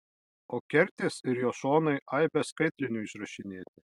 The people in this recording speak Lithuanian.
o kertės ir jo šonai aibe skaitlinių išrašinėti